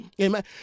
Amen